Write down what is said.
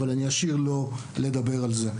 אבל אני אשאיר לו לדבר על זה.